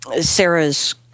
Sarah's